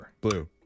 Blue